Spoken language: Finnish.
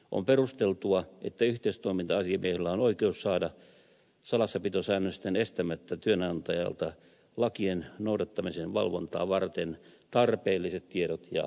on perusteltua että yhteistoiminta asiamiehellä on oikeus saada salassapitosäännösten estämättä työnantajalta lakien noudattamisen valvontaa varten tarpeelliset tiedot ja asiakirjat